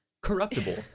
Corruptible